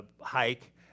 hike